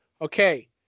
Okay